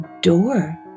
door